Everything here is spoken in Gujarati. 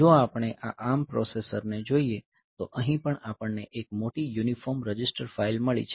જો આપણે આ ARM પ્રોસેસરને જોઈએ તો અહીં પણ આપણને એક મોટી યુનિફોર્મ રજિસ્ટર ફાઈલ મળી છે